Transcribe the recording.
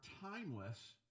timeless—